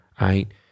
right